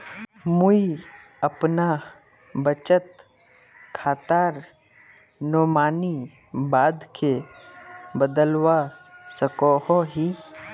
मुई अपना बचत खातार नोमानी बाद के बदलवा सकोहो ही?